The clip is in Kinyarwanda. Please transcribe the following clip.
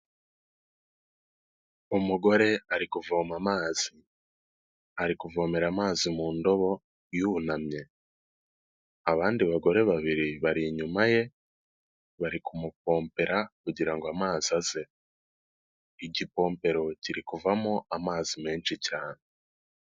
Umugore ari kuvoma amazi, ari kuvomera amazi mu ndobo yunamye. Abandi bagore babiri bari inyuma ye, bari kumupompera kugirango ngo amazi aze. Igipompero kiri kuvamo amazi menshi cyane.